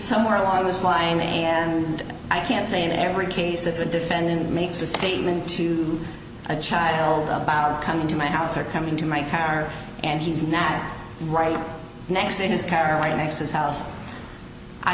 somewhere along this line and i can't say in every case if a defendant makes a statement to a child coming to my house or coming to my car and he's not right next to his car right next to the house i